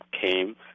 came